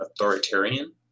authoritarian